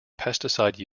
pesticide